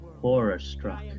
horror-struck